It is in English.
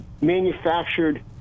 manufactured